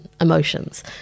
emotions